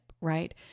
right